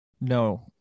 No